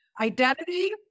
identity